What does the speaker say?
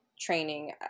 training